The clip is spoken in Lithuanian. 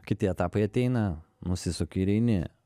kiti etapai ateina nusisuki ir eini